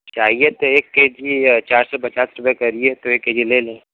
चाहिए तो एक के जी यह चार सौ पचास रुपए करिए तो एक के जी ले लें